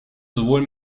sowohl